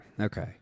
Okay